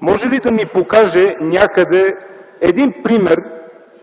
може ли да ми покаже някъде един пример,